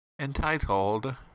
entitled